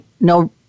no